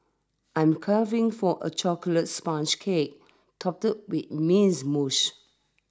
I'm craving for a chocolate sponge cake topped with mousse